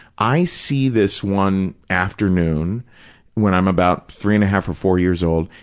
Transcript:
i see this one afternoon when i'm about three and a half or four years old,